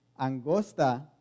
angosta